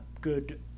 good